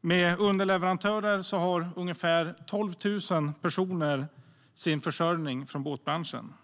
Med underleverantörer har ungefär 12 000 personer sin försörjning från båtbranschen.